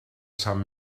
sant